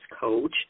coach